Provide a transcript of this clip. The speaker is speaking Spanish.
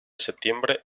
septiembre